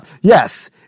yes